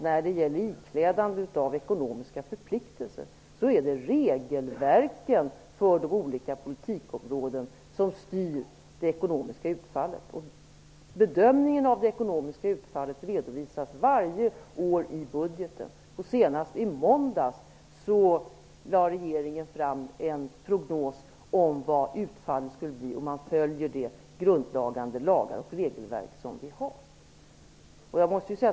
När det gäller iklädandet av ekonomiska förpliktelser är det regelverken för de olika politikområdena som styr det ekonomiska utfallet. Bedömningen av det ekonomiska utfallet redovisas varje år i budgeten. Senast i måndags lade regeringen fram en prognos om vad utfallet skulle bli, om man följer våra grundläggande lagar och regelverk.